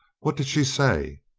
what did she say?